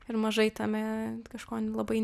per mažai tame kažko labai